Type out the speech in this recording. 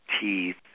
teeth